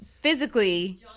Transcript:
Physically